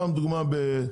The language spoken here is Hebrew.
סתם לדוגמה,